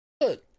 good